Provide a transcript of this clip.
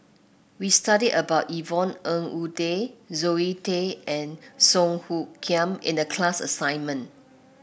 we studied about Yvonne Ng Uhde Zoe Tay and Song Hoot Kiam in the class assignment